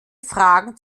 fragen